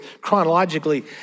chronologically